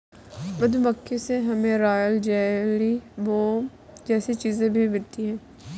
मधुमक्खी से हमे रॉयल जेली, मोम जैसी चीजे भी मिलती है